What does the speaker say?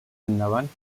endavant